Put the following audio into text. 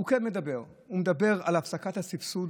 הוא כן מדבר על הפסקת הסבסוד